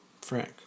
Frank